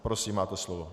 Prosím, máte slovo.